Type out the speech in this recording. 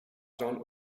john